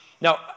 Now